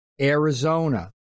Arizona